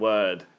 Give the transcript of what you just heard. Word